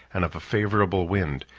and of a favorable wind,